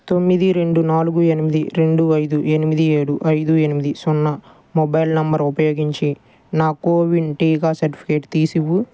తొమ్మిది రెండు నాలుగు ఎనిమిది రెండు ఐదు ఎనిమిది ఏడు ఐదు ఎనిమిది సున్నా మొబైల్ నంబర్ ఉపయోగించి నా కోవిన్ టీకా సర్టిఫికేట్ తీసివ్వు